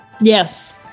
Yes